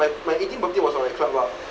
my eighteenth birthday was on the club lah